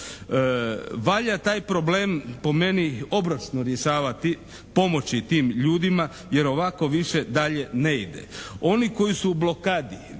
Valja taj problem po meni obročno rješavati, pomoći tim ljudima, jer ovako više dalje ne ide. Oni koji su u blokadi,